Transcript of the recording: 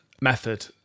method